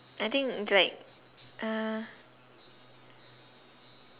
I think it's like uh